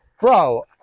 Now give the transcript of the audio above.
Bro